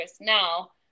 Now